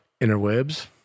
interwebs